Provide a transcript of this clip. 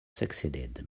succeeded